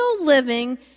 living